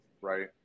right